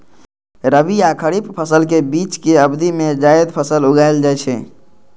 रबी आ खरीफ फसल के बीच के अवधि मे जायद फसल उगाएल जाइ छै